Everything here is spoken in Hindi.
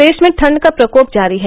प्रदेश में ठंड का प्रकोप जारी है